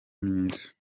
myiza